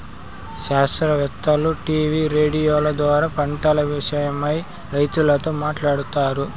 శాస్త్రవేత్తలు టీవీ రేడియోల ద్వారా పంటల విషయమై రైతులతో మాట్లాడుతారు